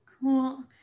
Cool